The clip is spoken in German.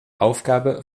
aufgabe